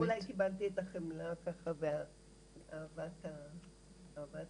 שם אולי קיבלת את החמלה ואת אהבת האדם.